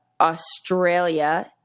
Australia